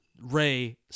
Ray